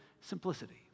simplicity